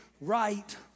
right